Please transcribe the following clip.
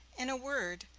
in a word,